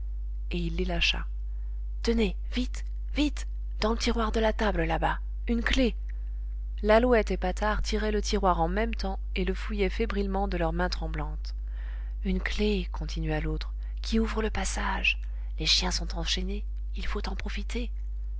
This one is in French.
et il les lâcha tenez vite vite dans le tiroir de la table là-bas une clef lalouette et patard tiraient le tiroir en même temps et le fouillaient fébrilement de leurs mains tremblantes une clef continua l'autre qui ouvre le passage les chiens sont enchaînés il faut en profiter